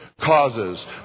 causes